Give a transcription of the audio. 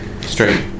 Straight